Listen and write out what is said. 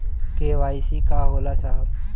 KYC का होला साहब?